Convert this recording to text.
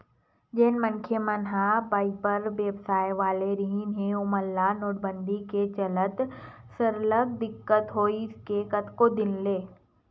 जेन मनखे मन ह बइपार बेवसाय वाले रिहिन हे ओमन ल नोटबंदी के चलत सरलग दिक्कत होइस हे कतको दिन ले